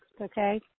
okay